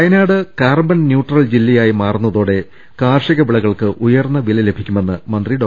Wayanad carbon neutral ജില്ലയായി മാറുന്നതോടെ കാർഷിക വിളകൾക്ക് ഉയർന്ന വില ലഭിക്കുമെന്ന് മന്ത്രി ഡോ